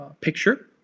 picture